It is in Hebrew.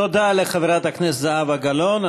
תודה לחברת הכנסת זהבה גלאון.